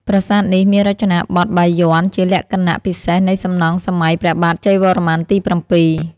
ប្រាសាទនេះមានរចនាបថបាយ័ន ដែលជាលក្ខណៈពិសេសនៃសំណង់សម័យព្រះបាទជ័យវរ្ម័នទី ៧។